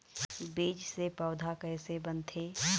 बीज से पौधा कैसे बनथे?